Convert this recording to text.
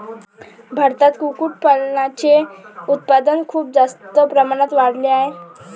भारतात कुक्कुटपालनाचे उत्पादन खूप जास्त प्रमाणात वाढले आहे